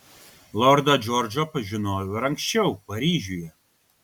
lordą džordžą pažinojau ir anksčiau paryžiuje